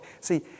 See